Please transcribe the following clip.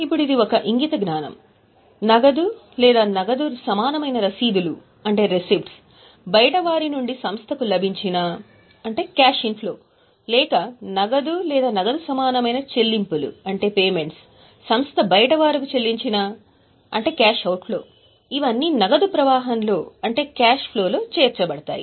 ఇప్పుడు ఇది ఒక ఇంగితజ్ఞానం నగదు లేదా నగదు సమానమైన రసీదులు ఇవన్నీ నగదు ప్రవాహంలో అంటే క్యాష్ ఫ్లో లో చేర్చబడతాయి